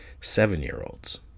seven-year-olds